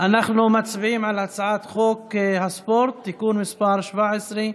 אנחנו מצביעים על הצעת חוק הספורט (תיקון מס' 17)